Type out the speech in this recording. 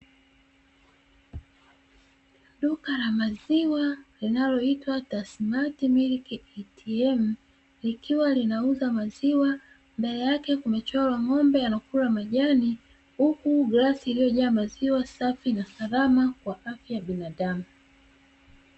Duka la maziwa linaloitwa "Tassmatt milk ATM",likiwa linauza maziwa, mbele yake kumechorwa ng'ombe anakula majani, huku glasi iliyojaa maziwa safi na salama, kwa afya ya binadamu.